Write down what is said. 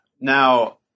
Now